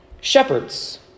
Shepherds